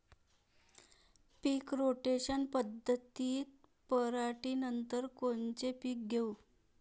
पीक rotation पद्धतीत पराटीनंतर कोनचे पीक घेऊ?